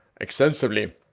extensively